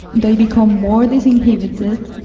they become more disinhibited,